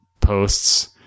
posts